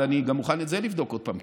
אבל אני מוכן לבדוק גם את זה עוד פעם,